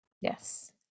yes